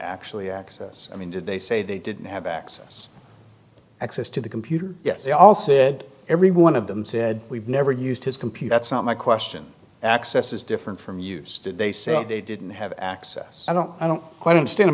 actually access i mean did they say they didn't have access access to the computer yet they also said every one of them said we've never used his computer that's not my question access is different from use did they say they didn't have access i don't i don't quite understand i